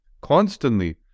constantly